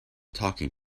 talking